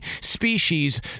species